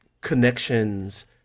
connections